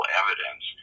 evidence